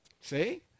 See